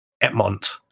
Etmont